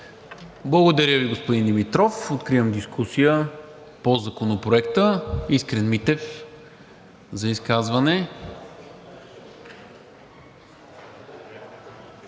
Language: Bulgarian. Благодаря Ви, господин Димитров. Откривам дискусия по Законопроекта. Искрен Митев за изказване.